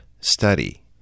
study